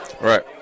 Right